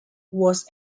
was